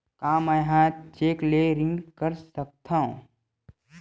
का मैं ह चेक ले ऋण कर सकथव?